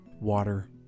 water